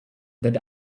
that